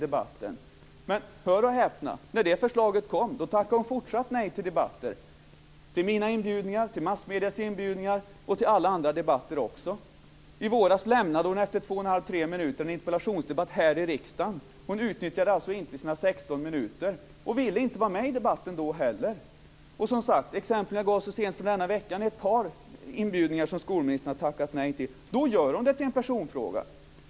Men hör och häpna, när förslaget kom tackade hon fortsatt nej till debatter, till mina inbjudningar, till massmediers inbjudningar och till alla andra debatter. I våras lämnade hon efter två tre minuter en interpellationsdebatt här i riksdagen. Hon utnyttjade alltså inte sina 16 minuter. Hon ville inte vara med i debatten då heller. Som sagt: Exemplen som jag gav från så sent som från denna vecka var ett par inbjudningar som skolministern tackat nej. På det sättet gör hon det till en personfråga.